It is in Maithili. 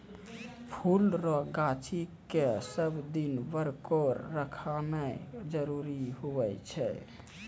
फुल रो गाछी के सब दिन बरकोर रखनाय जरूरी हुवै छै